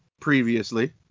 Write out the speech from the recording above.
previously